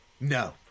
No